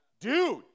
dude